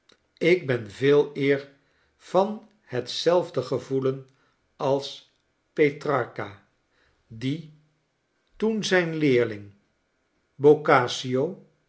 ik ben veeleer van hetzelfde gevoelen als petrarcha die toen zijn leerling